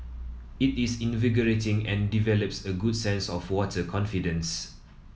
it is invigorating and develops a good sense of water confidence